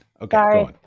Okay